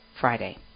Friday